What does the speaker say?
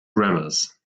grammars